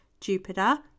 Jupiter